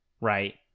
right